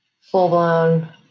full-blown